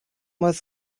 was